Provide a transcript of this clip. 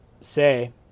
say